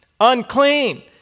unclean